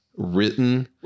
Written